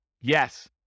Yes